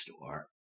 store